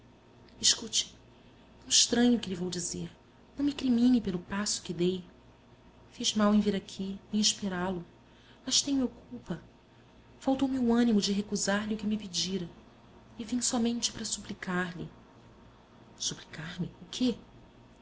escute não estranhe o que lhe vou dizer não me crimine pelo passo que dei fiz mal em vir aqui em esperá-lo mas tenho eu culpa faltou-me o ânimo de recusar-lhe o que me pedira e vim somente para suplicar lhe suplicar me o quê